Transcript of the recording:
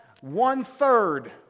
one-third